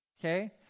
okay